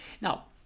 now